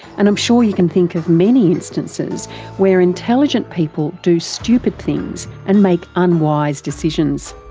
and i'm sure you can think of many instances where intelligent people do stupid things and make unwise decisions.